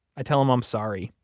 i tell him i'm sorry,